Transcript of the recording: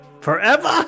forever